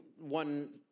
one